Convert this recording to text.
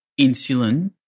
insulin